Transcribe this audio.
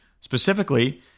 specifically